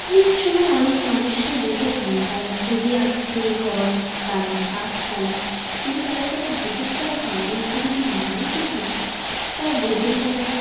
অনেক সময় অনেক মানুষকে দেখেছি যারা ছবি আঁকছে ঘর বাড়ি গাছপালা যদি তাদের কাছে জিজ্ঞেস করা হয় এই ছবিটির মানেটি কী তারা বলতেই পারে না